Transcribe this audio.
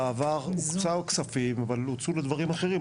בעבר הוקצו כספים אבל הוצאו לדברים אחרים,